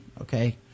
Okay